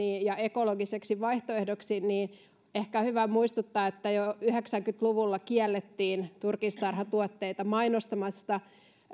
ja ekologiseksi vaihtoehdoksi niin minusta on kuitenkin tärkeää tehdä selväksi ja ehkä hyvä muistuttaa että jo yhdeksänkymmentä luvulla kiellettiin turkistarhatuottajia mainostamasta